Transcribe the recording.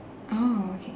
oh okay